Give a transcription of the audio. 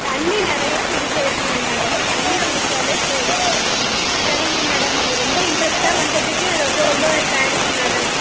தண்ணி நிறையா குடிக்க வக்கணும் மேடம் தண்ணி குடித்தாலே போதும் சரிங்க மேடம் நீங்கள் ரொம்ப இன்ட்ரஸ்ட்டாக வந்ததுக்கே ரொம்ப ரொம்ப தேங்க்ஸ் மேடம்